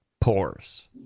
pores